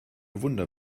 wunder